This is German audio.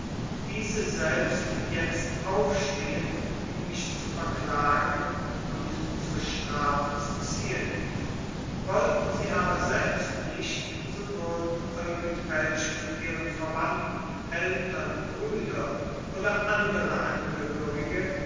diese selbst jetzt aufstehen um mich zu verklagen und zur strafe zu ziehen wollten sie aber selbst nicht so würden irgend welche von ihren verwandten eltern brüder oder andere angehörige